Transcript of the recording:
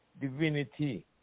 divinity